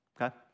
okay